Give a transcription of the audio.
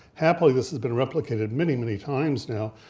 happily this has been replicated many, many times now.